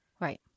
Right